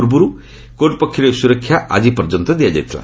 ପୂର୍ବରୁ କୋର୍ଟ ପକ୍ଷରୁ ଏହି ସୁରକ୍ଷା ଆଜିପର୍ଯ୍ୟନ୍ତ ଦିଆଯାଇଥିଲା